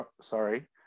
Sorry